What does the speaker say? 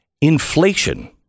Inflation